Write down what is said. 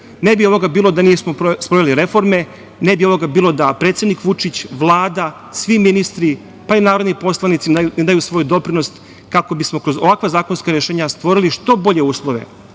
bi ovoga bilo da nismo sproveli reforme, ne bi ovoga bilo da predsednik Vučić vlada, svi ministri, pa i narodni poslanici ne daju svoj doprinos kako bismo kroz ovakva zakonska rešenja stvorili što bolje uslove,